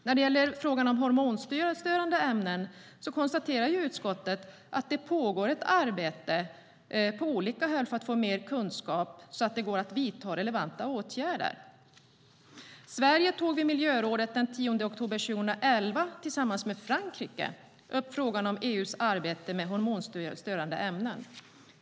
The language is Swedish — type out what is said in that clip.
När det gäller frågan om hormonstörande ämnen konstaterar utskottet att det pågår ett arbete på olika håll för att få mer kunskap så att det går att vidta relevanta åtgärder. Sverige tog vid miljörådet den 10 oktober 2011 tillsammans med Frankrike upp frågan om EU:s arbete med hormonstörande ämnen.